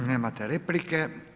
Nemate replike.